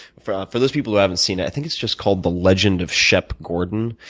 for for those people who haven't seen it, i think it's just called the legend of shep gordon,